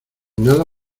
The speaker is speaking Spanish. nada